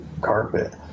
carpet